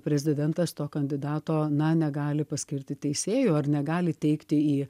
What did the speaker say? prezidentas to kandidato na negali paskirti teisėju ar negali teikti į